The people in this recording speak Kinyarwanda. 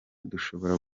dushobora